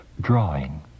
drawing